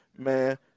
man